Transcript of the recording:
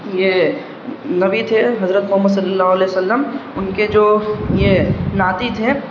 یہ نبی تھے حضرت محمد صلی اللہ علیہ وسلم ان کے جو یہ ناتی تھے